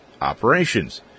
operations